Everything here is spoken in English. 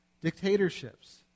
Dictatorships